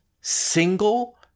single